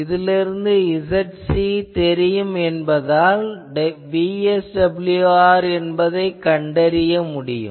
இதிலிருந்து Zc தெரியும் என்பதால் VSWR என்பதைக் கண்டறிய முடியும்